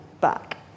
back